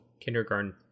kindergarten